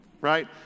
right